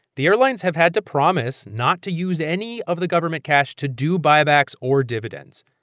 the airlines have had to promise not to use any of the government cash to do buybacks or dividends.